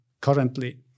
currently